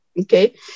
Okay